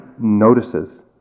notices